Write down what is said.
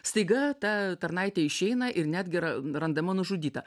staiga ta tarnaitė išeina ir netgi yra randama nužudyta